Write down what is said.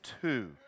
Two